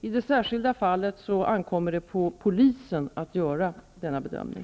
I det sär skilda fallet ankommer det på polisen att göra denna bedömning.